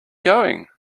going